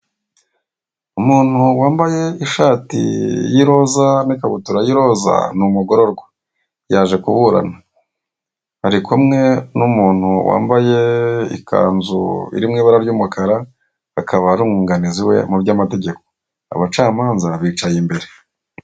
Umuntu wambaye ishati y'iroza n'ikabutura y'iroza ni umugororwa yaje kuburana. Ari kumwe n'umuntu wambaye ikanzu iri mu ibara ry'umukara akaba ari umwunganizi we mu byamategeko. Abacamanza bicaye imbere.